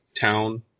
town